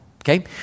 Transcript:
Okay